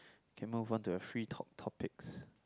okay move on to the free talk topics